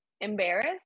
embarrassed